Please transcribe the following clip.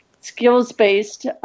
skills-based